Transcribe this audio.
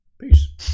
Peace